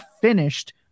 finished